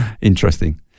Interesting